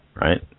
right